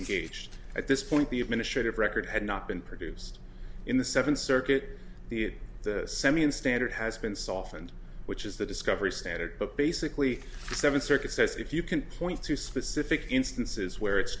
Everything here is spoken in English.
engaged at this point the administrative record had not been produced in the seventh circuit the semi in standard has been softened which is the discovery standard but basically the seventh circuit says if you can point to specific instances where it's